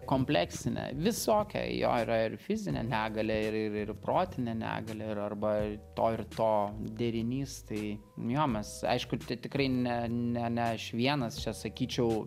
kompleksinę visokią jo yra ir fizinė negalia ir ir ir protinė negalia ir arba to ir to derinys tai jo mes aišku tikrai ne ne ne aš vienas čia sakyčiau